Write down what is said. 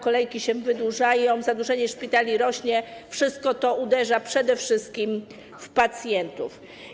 Kolejki się wydłużają, zadłużenie szpitali rośnie, wszystko to uderza przede wszystkim w pacjentów.